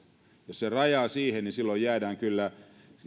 jos sen rajaa siihen niin silloin jäädään kyllä